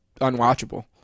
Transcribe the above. unwatchable